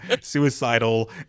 suicidal